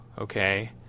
okay